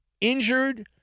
injured